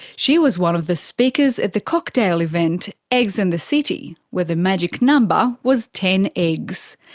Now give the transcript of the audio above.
she was one of the speakers at the cocktail event eggs in the city where the magic number was ten eggs.